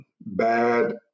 bad